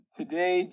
today